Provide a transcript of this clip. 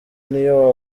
niyo